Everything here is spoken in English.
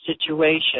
situation